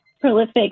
prolific